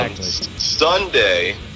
Sunday